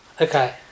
Okay